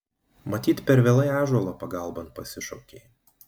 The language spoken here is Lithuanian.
matyt per vėlai ąžuolą pagalbon pasišaukei